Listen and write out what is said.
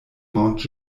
mount